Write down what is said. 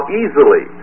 easily